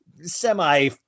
semi